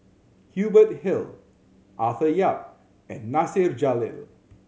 Hubert Hill Arthur Yap and Nasir Jalil